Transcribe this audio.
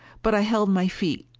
but i held my feet.